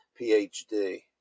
PhD